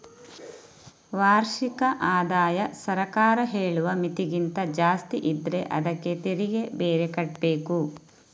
ವಾರ್ಷಿಕ ಆದಾಯ ಸರ್ಕಾರ ಹೇಳುವ ಮಿತಿಗಿಂತ ಜಾಸ್ತಿ ಇದ್ರೆ ಅದ್ಕೆ ತೆರಿಗೆ ಬೇರೆ ಕಟ್ಬೇಕು